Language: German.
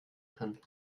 können